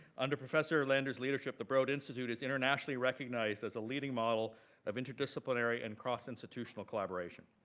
under professor lander's leadership, the broad institute is internationally recognized as a leading model of interdisciplinary and cross-institutional collaboration.